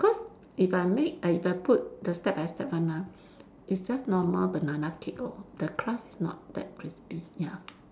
cause if I make eh if I put the step by step one ah it's just normal banana cake lor the crust is not that crispy ya